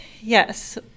yes